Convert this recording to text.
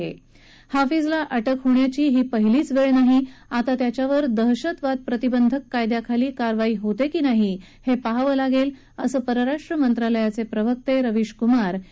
पहिल्यांदाच हफीजला अटक होण्याची ही पहिलीच वेळ नाही आता त्याच्यावर दहशतवाद प्रतिबंधक कायद्याखाली कारवाई होते की नाही हे पहावं लागेल असं परराष्ट्र मंत्रालयाचे प्रवक्ते रविशकुमार यांनी सांगितलं